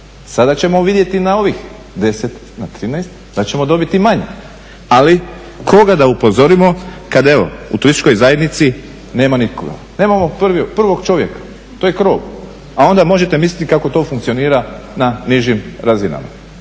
Sada ćemo vidjeti na ovih 10, na 13 da ćemo dobiti manje. Ali koga da upozorimo kada evo u turističkoj zajednici nema nikoga. Nemamo prvog čovjeka, to je krov a onda možete misliti kako to funkcionira na nižim razinama.